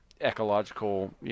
ecological